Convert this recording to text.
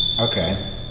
Okay